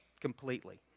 completely